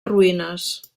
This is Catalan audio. ruïnes